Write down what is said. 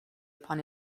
upon